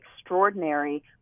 extraordinary